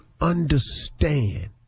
understand